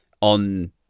on